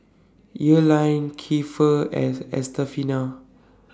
Earline Kiefer and Estefania